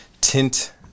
tint